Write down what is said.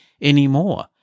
anymore